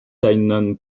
einem